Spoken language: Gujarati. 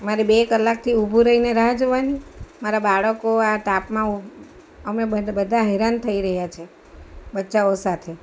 મારે બે કલાકથી ઊભું રહીને રાહ જોવાની મારા બાળકો આ તાપમાં અમે બધ બધા હેરાન થઈ રહ્યા છે બચ્ચાઓ સાથે